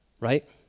right